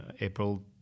april